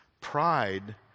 Pride